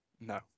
no